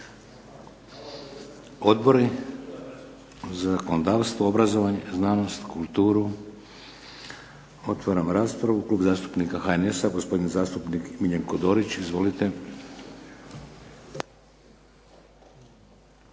Odbori zakonodavstvo, obrazovanje, znanost, kulturu? Otvaram raspravu. Klub zastupnika HNS-a gospodin zastupnik Miljenko Dorić. Izvolite.